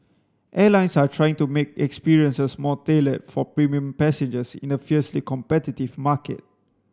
airlines are trying to make experiences more tailored for premium passengers in a fiercely competitive market